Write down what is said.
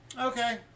okay